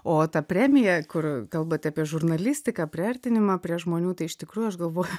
o ta premija kur kalbate apie žurnalistiką priartinimą prie žmonių tai iš tikrųjų aš galvoju